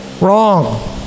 wrong